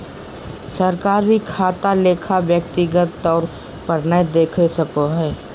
सरकार भी खाता के लेखा व्यक्तिगत तौर पर नय देख सको हय